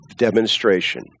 demonstration